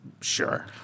Sure